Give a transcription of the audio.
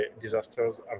disasters